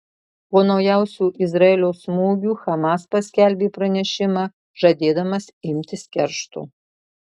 po naujausių izraelio smūgių hamas paskelbė pranešimą žadėdamas imtis keršto